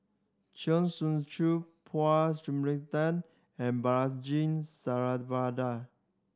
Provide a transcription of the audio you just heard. Chong Tze Chien Paul and Balaji